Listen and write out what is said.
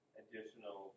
additional